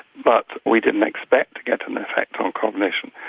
but we didn't expect to get an effect on cognition.